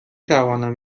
توانم